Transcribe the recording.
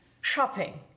Shopping